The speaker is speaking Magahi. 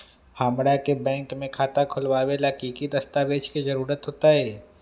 हमरा के बैंक में खाता खोलबाबे ला की की दस्तावेज के जरूरत होतई?